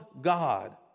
God